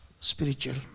spiritual